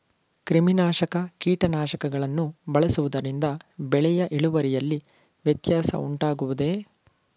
ಕ್ರಿಮಿನಾಶಕ ಕೀಟನಾಶಕಗಳನ್ನು ಬಳಸುವುದರಿಂದ ಬೆಳೆಯ ಇಳುವರಿಯಲ್ಲಿ ವ್ಯತ್ಯಾಸ ಉಂಟಾಗುವುದೇ?